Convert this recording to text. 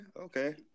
okay